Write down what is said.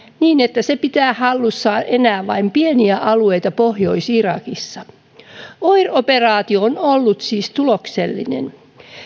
niin että se pitää hallussaan enää vain pieniä alueita pohjois irakissa oir operaatio on ollut siis tuloksellinen